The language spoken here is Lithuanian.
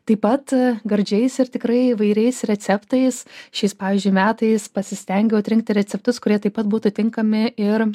taip pat gardžiais ir tikrai įvairiais receptais šiais pavyzdžiui metais pasistengiau atrinkti receptus kurie taip pat būtų tinkami ir